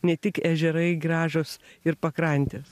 ne tik ežerai gražūs ir pakrantės